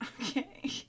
Okay